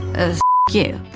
ah f you.